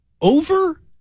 over